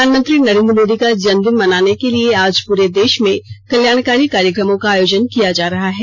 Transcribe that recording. प्रधानमंत्री नरेन्द्र मोदी का जन्मदिन मनाने के लिए आज पूरे देश में कल्याणकारी कार्यक्रमों का आयोजन किया जा रहा है